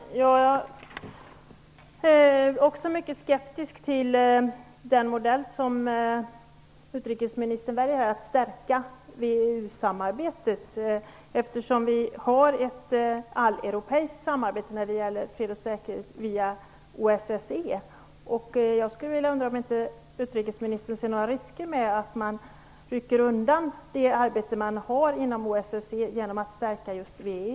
Fru talman! Jag är också mycket skeptisk till den modell som utrikesministern väljer, dvs. att stärka VEU-samarbetet, eftersom vi har ett alleuropeiskt samarbete när det gäller fred och säkerhet via OSSE. Jag undrar om utrikesministern inte ser någon risk för att man rycker undan arbetet inom OSSE genom att stärka just VEU.